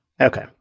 Okay